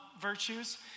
virtues